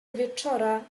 wieczora